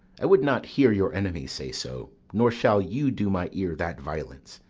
i would not hear your enemy say so nor shall you do my ear that violence,